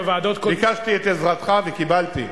ביקשתי את עזרתך וקיבלתי.